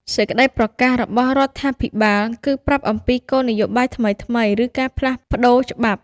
សេចក្តីប្រកាសរបស់រដ្ឋាភិបាលគឺប្រាប់ អំពីគោលនយោបាយថ្មីៗ ឬការផ្លាស់ប្ដូរច្បាប់។